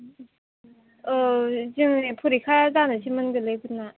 औ जोंनि फरेखा जानोसैमोन गोरलैफोरना